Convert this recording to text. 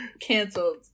Cancelled